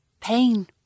Pain